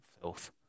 Filth